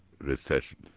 recession